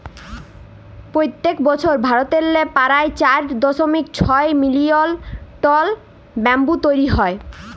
পইত্তেক বসর ভারতেল্লে পারায় চার দশমিক ছয় মিলিয়ল টল ব্যাম্বু তৈরি হ্যয়